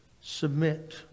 submit